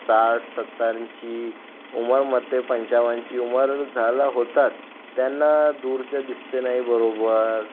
साठ सत्तर ऐंशी उमर म ते पंचावन्नची उमर झाला होतात त्यांना दूरचे दिसते नाही बरोबर